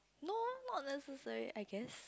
no not necessary I guess